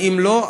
ואם לא,